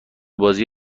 بازی